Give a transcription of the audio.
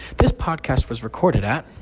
this podcast was recorded at.